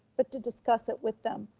but to discuss it with them,